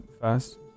first